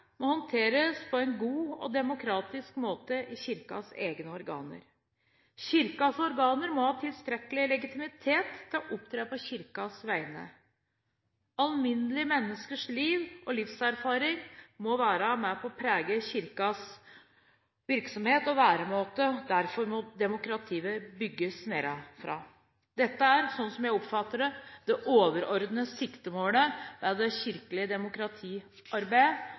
må håndteres på en god og demokratisk måte av Kirkens egne organer. Kirkens organer må ha tilstrekkelig legitimitet til å opptre på Kirkens vegne. Alminnelige menneskers liv og livserfaring må være med og prege Kirkens virksomhet og væremåte. Derfor må demokratiet bygges nedenfra. Dette er, slik jeg oppfatter det, det overordnede siktemålet for det kirkelige demokratiarbeidet